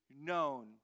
known